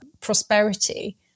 prosperity